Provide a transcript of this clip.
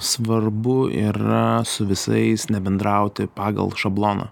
svarbu yra su visais nebendrauti pagal šabloną